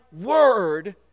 word